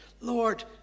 Lord